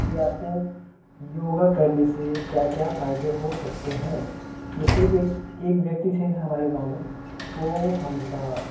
कि आपको योग करने से क्या क्या फ़ायदे हो सकते हैं जैसे एक एक व्यक्ति थे हमारे गाँव में वो हमेशा